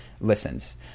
listens